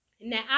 Now